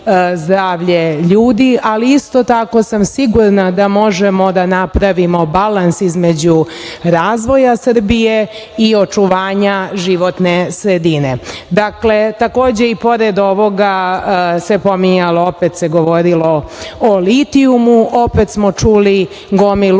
ali tako sam sigurna da možemo da napravimo balans između razvoja Srbije i očuvanja životne sredine. Dakle, takođe i pored ovoga se pominjalo, opet se govorilo o litijumu, opet smo čuli o gomilu